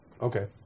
Okay